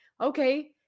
okay